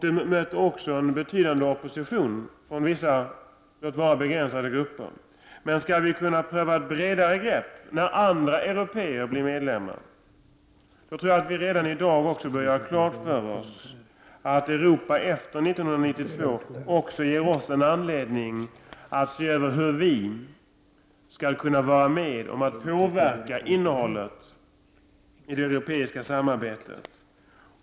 Det möter också en betydande opposition från vissa, om än begränsade, grupper. Om vi skall kunna pröva bredare grepp — när andra europeiska länder blir medlemmar — bör vi redan i dag göra klart för oss att förändringen i Europa efter 1992 också ger oss anledning att se över hur vi skall kunna vara med och påverka innehållet i det europeiska samarbetet.